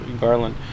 garland